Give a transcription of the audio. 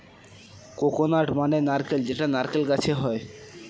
coconut মানে নারকেল যেটা নারকেল গাছে হয়